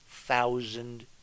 Thousand